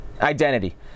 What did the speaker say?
Identity